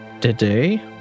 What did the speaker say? today